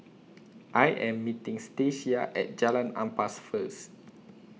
I Am meeting Stacia At Jalan Ampas First